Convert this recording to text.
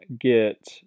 get